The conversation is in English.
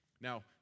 Now